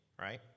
right